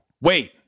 wait